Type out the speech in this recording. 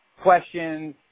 questions